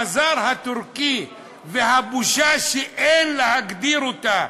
הבזאר הטורקי והבושה שאין להגדיר אותה,